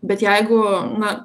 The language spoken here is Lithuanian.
bet jeigu na